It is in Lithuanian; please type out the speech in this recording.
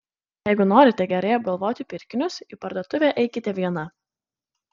jeigu norite gerai apgalvoti pirkinius į parduotuvę eikite viena